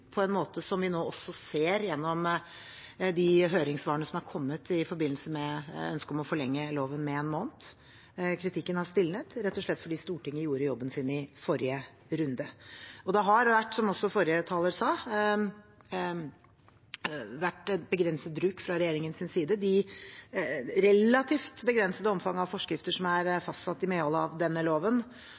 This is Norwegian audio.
på en måte som vi også nå ser gjennom de høringssvarene som har kommet i forbindelse med ønsket om å forlenge loven med én måned. Kritikken har stilnet, rett og slett fordi Stortinget gjorde jobben sin i forrige runde. Som også forrige taler sa, har det vært begrenset bruk fra regjeringens side. Det relativt begrensede omfang av forskrifter som er fastsatt i medhold av denne loven,